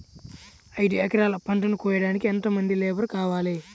ఐదు ఎకరాల పంటను కోయడానికి యెంత మంది లేబరు కావాలి?